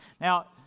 Now